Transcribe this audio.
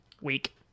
week